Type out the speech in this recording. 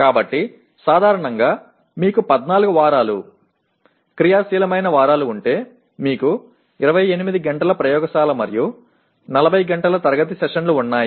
కాబట్టి సాధారణంగా మీకు 14 వారాలు క్రియాశీలమైన వారాలు ఉంటే మీకు 28 గంటల ప్రయోగశాల మరియు 40 గంటల తరగతి గది సెషన్లు ఉన్నాయి